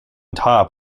top